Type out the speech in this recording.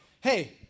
Hey